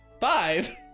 Five